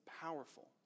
powerful